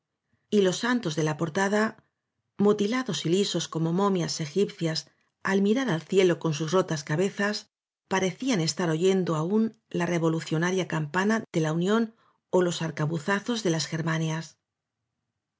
y los santos de la portada mutilados y lisos como momias egipcias al mirar al cielo con sus cabezas parecían estar oyendo aún la revolucionaria campana de la unión ó los arcabuzazos de las gemianías